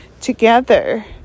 together